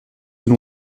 tout